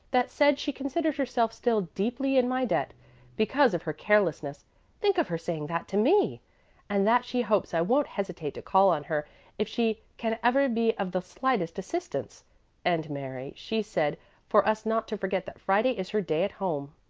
that said she considered herself still deeply in my debt because of her carelessness think of her saying that to me and that she hopes i won't hesitate to call on her if she can ever be of the slightest assistance and mary, she said for us not to forget that friday is her day at home.